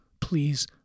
Please